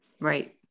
Right